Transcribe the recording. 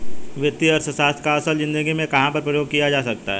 वित्तीय अर्थशास्त्र का असल ज़िंदगी में कहाँ पर प्रयोग किया जा सकता है?